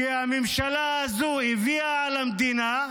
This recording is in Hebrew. שהממשלה הזו הביאה על המדינה,